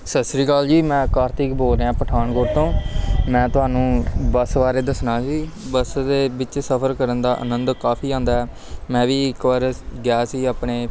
ਸਤਿ ਸ਼੍ਰੀ ਅਕਾਲ ਜੀ ਮੈਂ ਕਾਰਤਿਕ ਬੋਲ ਰਿਹਾ ਪਠਾਨਕੋਟ ਤੋਂ ਮੈਂ ਤੁਹਾਨੂੰ ਬੱਸ ਬਾਰੇ ਦੱਸਣਾ ਸੀ ਬੱਸ ਦੇ ਵਿੱਚ ਸਫ਼ਰ ਕਰਨ ਦਾ ਆਨੰਦ ਕਾਫ਼ੀ ਆਉਂਦਾ ਮੈਂ ਵੀ ਇੱਕ ਵਾਰ ਗਿਆ ਸੀ ਆਪਣੇ